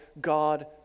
God